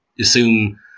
assume